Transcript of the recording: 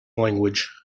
language